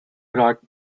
brought